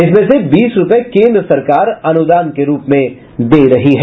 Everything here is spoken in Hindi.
इसमें से बीस रूपये केन्द्र सरकार अनुदान के रूप में दे रही है